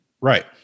Right